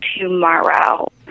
tomorrow